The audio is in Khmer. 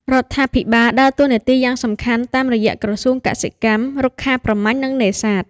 រដ្ឋាភិបាលដើរតួនាទីយ៉ាងសំខាន់តាមរយៈក្រសួងកសិកម្ម រុក្ខាប្រមាញ់ និងនេសាទ។